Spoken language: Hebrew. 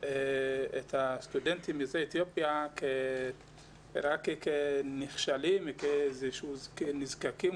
את הסטודנטים יוצאי אתיופיה רק כנכשלים ונזקקים.